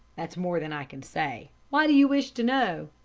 that's more than i can say. why do you wish to know?